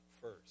first